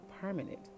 permanent